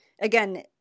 again